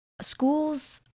Schools